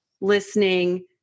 listening